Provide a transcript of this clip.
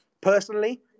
personally